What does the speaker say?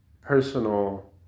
personal